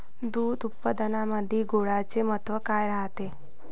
दूध उत्पादनामंदी गुळाचे महत्व काय रायते?